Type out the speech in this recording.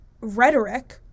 rhetoric